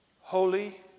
holy